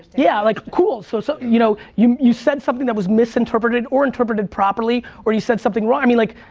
yeah like cool. so so you know you you said something that was misinterpreted or interpreted properly, or you said something wrong, i mean like,